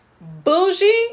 Bougie